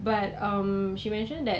for a trial period